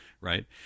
right